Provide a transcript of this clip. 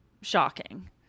shocking